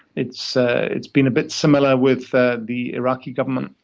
it's ah it's been a bit similar with the the iraqi government.